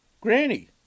Granny